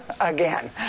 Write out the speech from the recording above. again